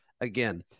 again